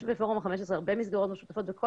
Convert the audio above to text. יש בפורום ה-15 הרבה מסגרות משותפות וכל